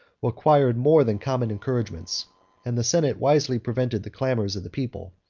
required more than common encouragements and the senate wisely prevented the clamors of the people,